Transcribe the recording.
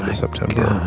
and september.